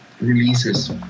releases